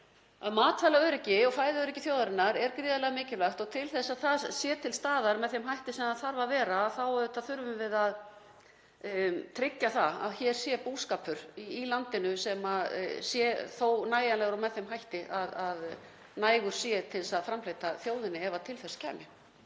að matvælaöryggi og fæðuöryggi þjóðarinnar er gríðarlega mikilvægt og til þess að það sé til staðar með þeim hætti sem það þarf að vera þurfum við að tryggja að hér sé búskapur í landinu og með þeim hætti að nægur sé til að framfleyta þjóðinni ef á þarf að